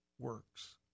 works